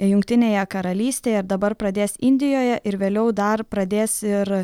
jungtinėje karalystėje ir dabar pradės indijoje ir vėliau dar pradės ir